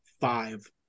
Five